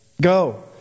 Go